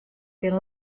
kin